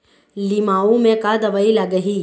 लिमाऊ मे का दवई लागिही?